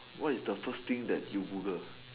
what is the first thing that you Google